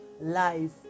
life